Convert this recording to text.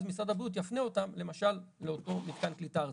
אז משרד הבריאות יפנה אותם למשל לאותו מתקן קליטה ארצי.